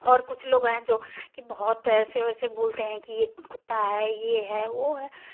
और कुछ लोग हैं जो बहुत ऐसे वैसे बोलते हैं ये कुत्ता है ये है वो है